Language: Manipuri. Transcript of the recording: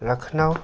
ꯂꯈꯅꯧ